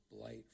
blight